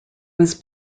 was